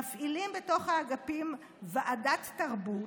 מפעילים בתוך האגפים ועדת תרבות,